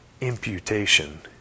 Imputation